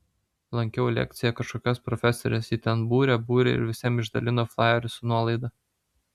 lankiau lekcija kažkokios profesorės ji ten būrė būrė ir visiem išdalino flajerius su nuolaida